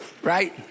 right